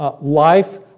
life